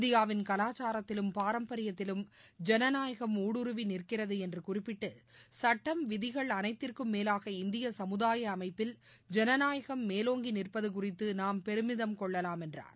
இந்தியாவின் கலாச்சாரத்திலும் பாரம்பரியத்திலும் ஜனநாயகம் ஊடுருவி நிற்கிறது என்று குறிப்பிட்டு சட்டம் விதிகள் அனைத்திற்கும் மேலாக இந்திய சமுதாய அமைப்பில் ஜனநாயகம் மேலோங்கி நிற்பது குறித்து நாம் பெருமிதம் கொள்ளலாம் என்றார்